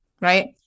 right